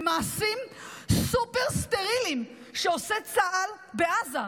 למעשים סופר-סטריליים שעושה צה"ל בעזה.